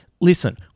Listen